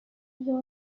pure